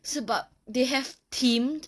sebab they have themed